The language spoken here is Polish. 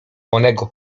onego